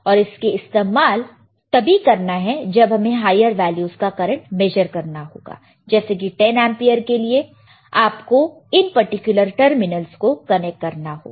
और इसका इस्तेमाल तभी करना है जब हमें हायर वैल्यूस का करंट मेजर करना होगा जैसे कि 10 एंपीयर के लिए आपको इन पर्टिकुलर टर्मिनल्स को कनेक्ट करना होगा